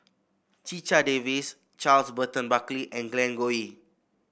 Checha Davies Charles Burton Buckley and Glen Goei